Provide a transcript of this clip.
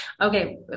Okay